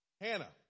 Hannah